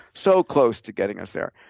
so close to getting us there.